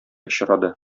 очрады